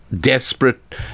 desperate